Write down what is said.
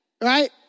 right